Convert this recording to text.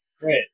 Great